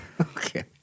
Okay